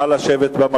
נא לשבת.